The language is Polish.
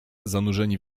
zanurzeni